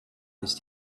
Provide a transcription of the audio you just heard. ist